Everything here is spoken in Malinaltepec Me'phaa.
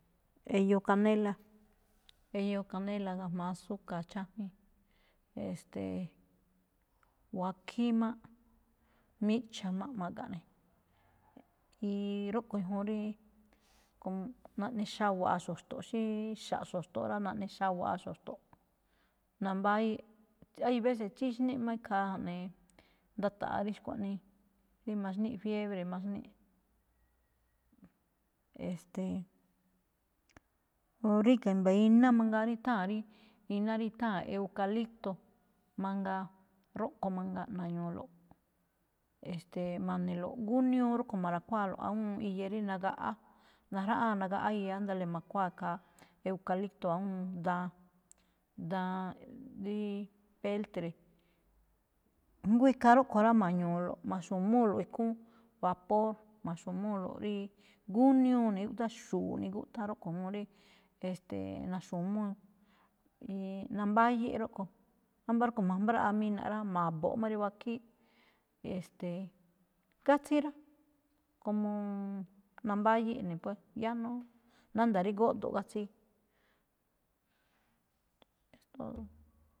Eyoo canela, eyoo canela ga̱jma̱á azúcar chájwíin, e̱ste̱e̱. wakhíí máꞌ, miꞌcha̱ máꞌ ma̱ga̱nꞌ ne̱, y rúꞌkhue̱n juun rí co naꞌnexawa̱a xo̱xto̱ꞌ xíí xa̱ꞌ xo̱xto̱ꞌ rá, naꞌne xawa̱a xo̱xto̱ꞌ, nambáyíꞌ. Hay veces tsíxníꞌ ma ikhaa ja̱ꞌnee nda̱ta̱ꞌa̱ rí xkuaꞌnii, rí maxníꞌ fiebre maxníꞌ. E̱ste̱e̱, o ríga̱ i̱mba̱ iná mangaa rí itháa̱n rí iná rí tháa̱n eukalíꞌto̱ mangaa, rúꞌkho̱ mangaa na̱ñu̱u̱lo̱ꞌ, es̱te̱e̱, ma̱ne̱lo̱ꞌ gúniúu rúꞌkho̱ ma̱ra̱khuáalo̱ꞌ awúun iya rí nagaꞌá. Najráꞌáan nagaꞌá iya, ándale ma̱khuáa khaa aukalíꞌto̱ awúun daan, daan ríí peltre. Jngó ikhaa rúꞌkho̱ rá, ma̱ñu̱u̱lo̱ꞌ, ma̱xu̱múlo̱ꞌ ikhúún vapor, ma̱xu̱múulo̱ꞌ ríí gúniúu ne̱ úꞌthán, xu̱u̱ꞌ ne̱ gúꞌthán. Rúꞌkho̱ juun rí, e̱ste̱e̱, na̱xu̱múu. Y nambáyíꞌ rúꞌkho̱. Ámba̱ rúꞌkho̱ ma̱mbráꞌamina̱ꞌ rá, ma̱bo̱ꞌ má rí wakhííꞌ. E̱ste̱e̱, gátsíí rá, como nambáyíꞌ ne̱ pues, ya no, nánda̱a̱ rí góꞌdo̱ꞌ gátsíí, es todo.